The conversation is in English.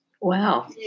Wow